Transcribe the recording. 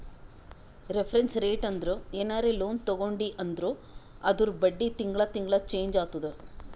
reference rate ಅಂದುರ್ ಏನರೇ loan ತಗೊಂಡಿ ಅಂದುರ್ ಅದೂರ್ ಬಡ್ಡಿ ತಿಂಗಳಾ ತಿಂಗಳಾ ಚೆಂಜ್ ಆತ್ತುದ